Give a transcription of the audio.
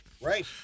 Right